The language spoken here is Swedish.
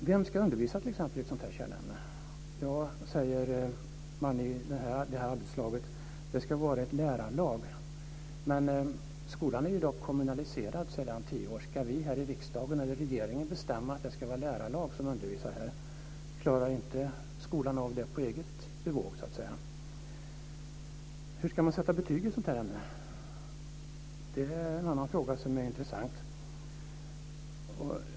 Vem ska undervisa i ett sådant kärnämne? I arbetslaget säger man att det ska vara ett lärarlag. Men skolan är dock kommunaliserad sedan tio år. Ska vi här i riksdagen eller regeringen bestämma att det ska vara lärarlag som ska undervisa? Klarar inte skolan av det på eget bevåg? Hur ska man sätta betyg i ett sådant ämne? Det är en annan intressant fråga.